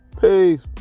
Peace